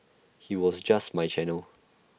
he was just my channel